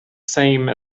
same